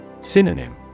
Synonym